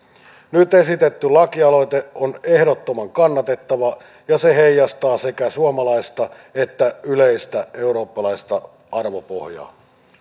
nyt esitetty lakialoite on ehdottoman kannatettava ja se heijastaa sekä suomalaista että yleistä eurooppalaista arvopohjaa